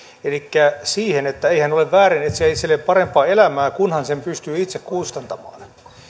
elikkä siihen että eihän ole väärin etsiä itselleen parempaa elämää kunhan sen pystyy itse kustantamaan